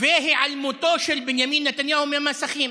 היעלמותו של בנימין נתניהו מהמסכים,